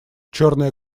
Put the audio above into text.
черное